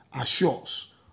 assures